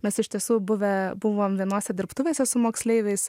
mes iš tiesų buvę buvom vienose dirbtuvėse su moksleiviais